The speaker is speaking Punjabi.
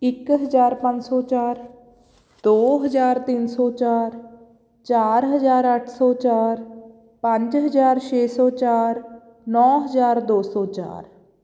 ਇੱਕ ਹਜ਼ਾਰ ਪੰਜ ਸੌ ਚਾਰ ਦੋ ਹਜ਼ਾਰ ਤਿੰਨ ਸੌ ਚਾਰ ਚਾਰ ਹਜ਼ਾਰ ਅੱਠ ਸੌ ਚਾਰ ਪੰਜ ਹਜ਼ਾਰ ਛੇ ਸੌ ਚਾਰ ਨੌ ਹਜ਼ਾਰ ਦੋ ਸੌ ਚਾਰ